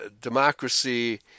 democracy